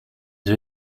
the